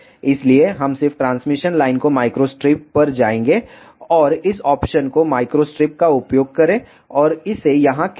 इसलिए हम सिर्फ ट्रांसमिशन लाइन को माइक्रोस्ट्रिप पर जाएंगे और इस ऑप्शन को माइक्रोस्ट्रिप का उपयोग करें और इसे यहां खींचें